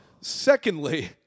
Secondly